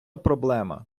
проблема